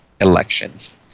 elections